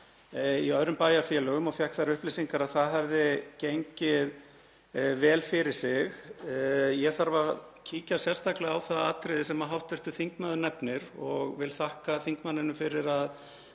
í öðrum bæjarfélögum og fékk þær upplýsingar að það hefði gengið vel fyrir sig. Ég þarf að kíkja sérstaklega á það atriði sem hv. þingmaður nefnir og vil þakka þingmanninum fyrir að